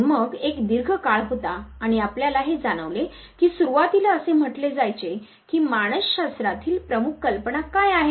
आणि मग एक दीर्घ काळ होता आणि आपल्याला हे जाणवले की सुरुवातीला असे म्हटले जायचे की मानस शास्त्रातील प्रमुख कल्पना काय आहेत